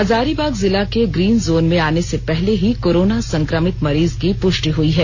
हजारीबाग जिला के green zone में आने से पहले ही कोरोना संक्रमित मरीज की पुष्टि हुई है